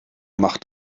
macht